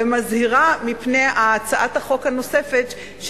ומזהירה מפני הצעת החוק הנוספת,